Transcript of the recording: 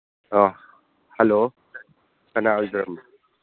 ꯑꯧ ꯍꯂꯣ ꯀꯥꯅ ꯑꯣꯏꯕꯤꯔꯕꯅꯣ